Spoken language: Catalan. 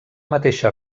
mateixa